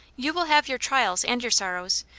you will have your trials and your sorrows,